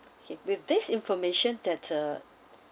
okay with this information that uh